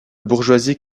bourgeoisie